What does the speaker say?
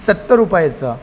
सत्तर रुपायाचं